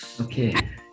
Okay